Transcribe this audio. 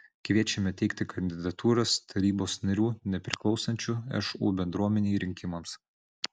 kviečiame teikti kandidatūras tarybos narių nepriklausančių šu bendruomenei rinkimams